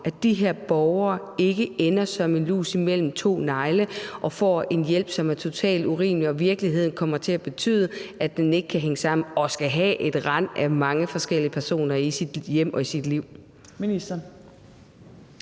at de her borgere ikke ender som en lus imellem to negle, får en hjælp, som er totalt urimelig, og som i virkeligheden kommer til at betyde, at det ikke kan hænge sammen, og at man skal have et rend af mange forskellige personer i sit hjem og i sit liv.